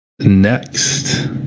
Next